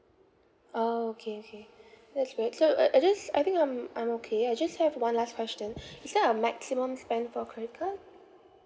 orh okay okay that's great so uh I just I think I'm I'm okay I just have one last question is there a maximum spend for a credit card